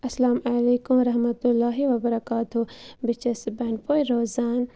اَسلامُ علیکُم ورحمتُہ اللہِ وَبَرکاتُہ بہٕ چھس بَنڈپورِ روزان